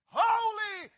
holy